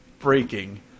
Breaking